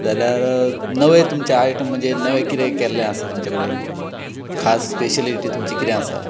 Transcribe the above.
जाल्यार नवे तुमचे आयटम म्हणजे नवें कितें केल्लें आसा तुमचे कडेन खास स्पॅशेलिटी तुमची कितें आसा